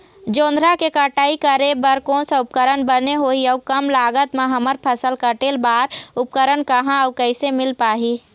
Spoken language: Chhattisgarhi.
जोंधरा के कटाई करें बर कोन सा उपकरण बने होही अऊ कम लागत मा हमर फसल कटेल बार उपकरण कहा अउ कैसे मील पाही?